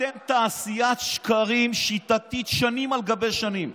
אתם תעשיית שקרים שיטתית שנים על גבי שנים.